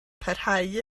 parhau